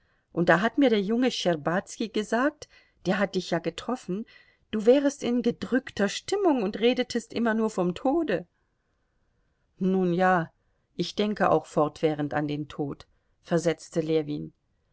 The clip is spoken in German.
und da hat mir der junge schtscherbazki gesagt der hat dich ja getroffen du wärest in gedrückter stimmung und redetest immer nur vom tode nun ja ich denke auch fortwährend an den tod versetzte ljewin